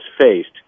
faced